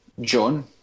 John